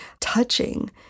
touching